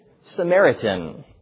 Samaritan